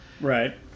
right